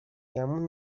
گمون